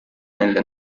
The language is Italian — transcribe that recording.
nelle